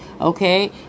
okay